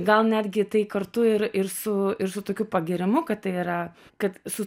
gal netgi tai kartu ir ir su ir su tokiu pagyrimu kad tai yra kad su